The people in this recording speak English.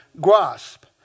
grasp